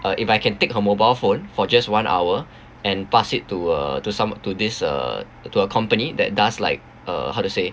uh if I can take her mobile phone for just one hour and pass it to uh to some to this uh company that does like uh how to say